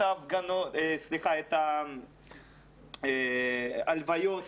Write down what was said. את ההלוויות